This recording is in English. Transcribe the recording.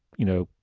you know,